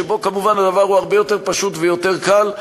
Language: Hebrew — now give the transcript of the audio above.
שבו כמובן הדבר הרבה יותר פשוט ויותר קל,